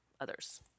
others